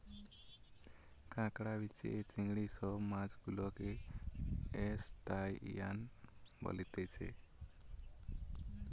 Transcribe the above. কাঁকড়া, বিছে, চিংড়ি সব মাছ গুলাকে ত্রুসটাসিয়ান বলতিছে